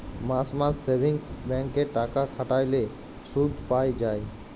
মাস মাস savings bank এ টাকা খাটাল্যে শুধ পাই যায়